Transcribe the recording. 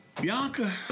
Bianca